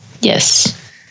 yes